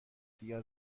دیگر